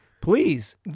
Please